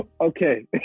okay